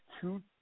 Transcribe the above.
two